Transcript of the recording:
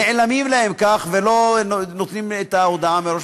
נעלמים להם כך ולא נותנים את ההודעה מראש.